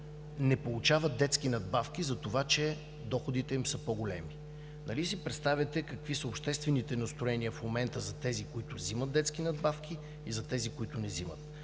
не получават детски надбавки за това, че доходите им са по-големи. Нали си представяте какви са обществените настроения в момента за тези, които вземат детски надбавки, и за тези, които не вземат?